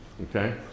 Okay